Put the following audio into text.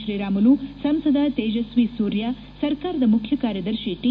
ಶೀರಾಮುಲು ಸಂಸದ ತೇಜಸ್ವಿ ಸೂರ್ಯ ಸರ್ಕಾರದ ಮುಖ್ಯ ಕಾರ್ಯದರ್ತಿ ಟಿ